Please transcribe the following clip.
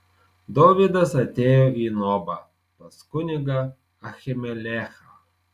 dovydas atėjo į nobą pas kunigą ahimelechą